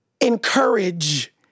encourage